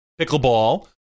pickleball